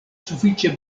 sufiĉe